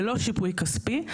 ללא שיפוי כספי,